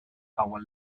our